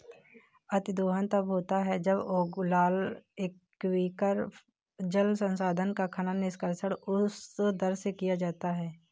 अतिदोहन तब होता है जब ओगलाला एक्वीफर, जल संसाधन का खनन, निष्कर्षण उस दर से किया जाता है